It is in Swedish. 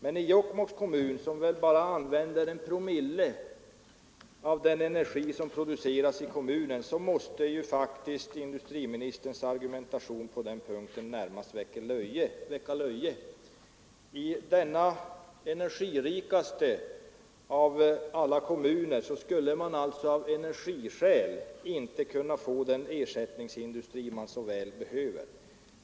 Men i Jokkmokks kommun, som väl bara använder en promille av den energi som produceras i kommunen, måste industriministerns argumentation på den punkten närmast väcka löje. I denna energirikaste av alla kommuner skulle man alltså av energiskäl inte kunna få den ersättningsindustri man så väl behöver.